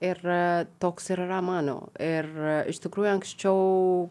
ir toks ir yra mano ir iš tikrųjų anksčiau